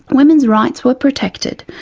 women's rights were protected.